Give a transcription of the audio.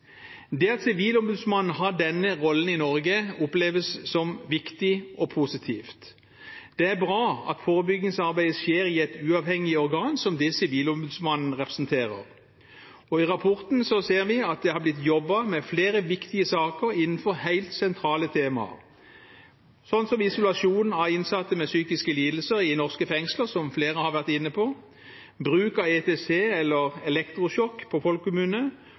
Det at Sivilombudsmannen har denne rollen i Norge, oppleves som viktig og positivt. Det er bra at forebyggingsarbeidet skjer i et uavhengig organ som det Sivilombudsmannen representerer. I rapporten ser vi at det har blitt jobbet med flere viktige saker innenfor helt sentrale temaer, slik som isolasjon av innsatte med psykiske lidelser i norske fengsler, som flere har vært inne på, bruk av ECT, eller elektrosjokk på folkemunne,